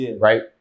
right